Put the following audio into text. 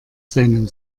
seinem